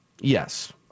Yes